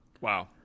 Wow